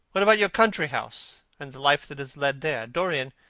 what about your country-house and the life that is led there? dorian,